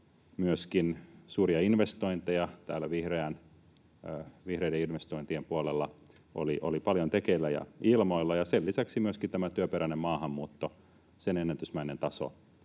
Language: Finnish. Myöskin suuria investointeja täällä vihreiden investointien puolella oli paljon tekeillä ja ilmoilla, ja sen lisäksi myöskin tämän työperäisen maahanmuuton ennätysmäinen taso